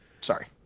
Sorry